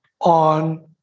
on